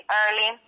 early